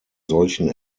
solchen